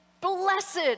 blessed